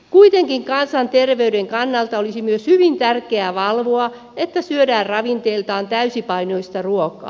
kuitenkin kansanterveyden kannalta olisi myös hyvin tärkeää valvoa että syödään ravinteiltaan täysipainoista ruokaa